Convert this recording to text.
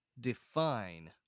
define